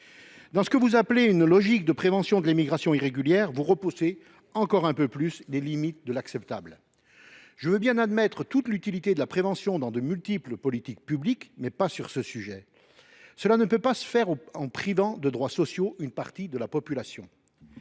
Dans ce que vous appelez une logique de prévention de l’immigration irrégulière, vous repoussez encore un peu plus les limites de l’acceptable. Je veux bien admettre toute l’utilité de la prévention dans de multiples politiques publiques, mais pas sur ce sujet. Cela ne peut se faire en privant de droits sociaux une partie de la population.